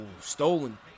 stolen